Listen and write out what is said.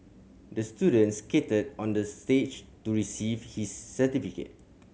the student skated onto stage to receive his certificate